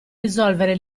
risolvere